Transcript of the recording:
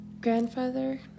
grandfather